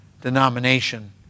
denomination